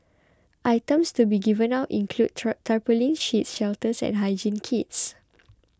items to be given out include tarpaulin sheets shelters and hygiene kits